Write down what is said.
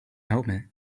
helmet